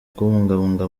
kubungabunga